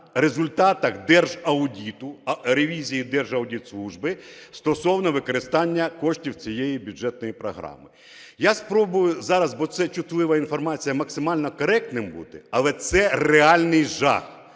держаудиту, ревізії Держаудитслужби стосовно використання коштів цієї бюджетної програми. Я спробую зараз, бо це чутлива інформація, максимально коректним бути, але це реальний жах.